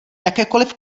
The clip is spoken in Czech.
jakékoliv